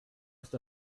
ist